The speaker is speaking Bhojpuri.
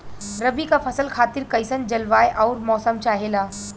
रबी क फसल खातिर कइसन जलवाय अउर मौसम चाहेला?